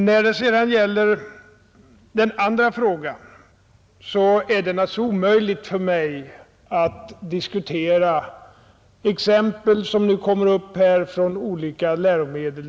När det sedan gäller den andra frågan är det naturligtvis omöjligt för mig att diskutera exempel som nu kommer upp på olika läromedel.